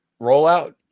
rollout